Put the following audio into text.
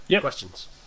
questions